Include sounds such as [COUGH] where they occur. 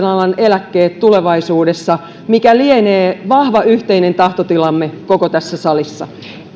[UNINTELLIGIBLE] alan eläkkeet tulevaisuudessa mikä lienee vahva yhteinen tahtotilamme koko tässä salissa